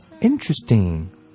Interesting